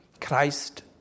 Christ